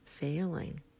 failing